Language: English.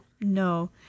No